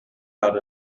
got